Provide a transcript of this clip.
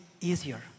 easier